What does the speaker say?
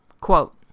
Quote